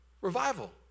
Revival